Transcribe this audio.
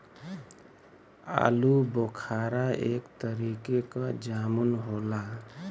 आलूबोखारा एक तरीके क जामुन होला